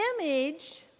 image